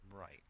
Right